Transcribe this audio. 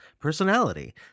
personality